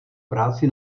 práci